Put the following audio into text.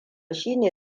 shine